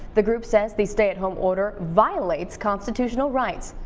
the group says the stay at home order violates constitutional rights.